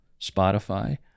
Spotify